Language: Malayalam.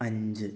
അഞ്ച്